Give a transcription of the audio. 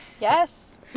Yes